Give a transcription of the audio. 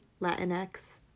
Latinx